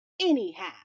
anyhow